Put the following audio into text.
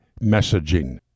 messaging